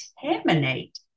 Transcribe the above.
contaminate